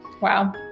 wow